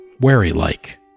wary-like